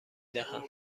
دهم